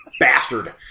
bastard